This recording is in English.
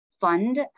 fund